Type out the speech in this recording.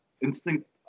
instinct